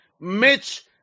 Mitch